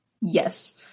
Yes